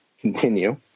continue